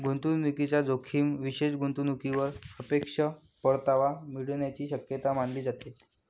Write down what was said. गुंतवणूकीचा जोखीम विशेष गुंतवणूकीवर सापेक्ष परतावा मिळण्याची शक्यता मानली जाते